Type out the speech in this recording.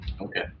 Okay